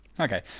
Okay